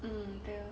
um ya